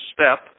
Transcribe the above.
step